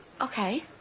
Okay